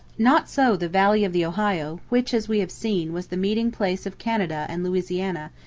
not so the valley of the ohio, which, as we have seen, was the meeting-place of canada and louisiana,